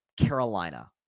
Carolina